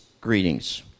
Greetings